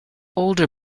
older